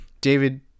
David